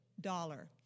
Dollar